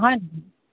হয় নেকি